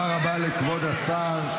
תודה רבה לכבוד השר.